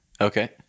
okay